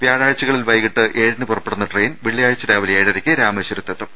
വ്യാഴാഴ്ചകളിൽ വൈകീട്ട് ഏഴിന് പുറപ്പെടുന്ന ട്രെയിൻ വെള്ളിയാഴ്ച രാവിലെ ഏഴരയ്ക്ക് രാമേശ്വരത്തെത്തും